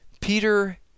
Peter